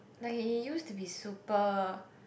like he used to be super